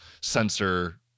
sensor